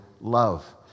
love